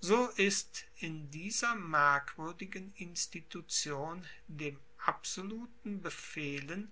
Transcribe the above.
so ist in dieser merkwuerdigen institution dem absoluten befehlen